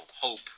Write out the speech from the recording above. Hope